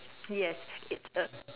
yes it's a